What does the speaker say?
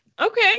Okay